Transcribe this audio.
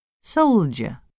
Soldier